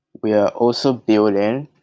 we are also building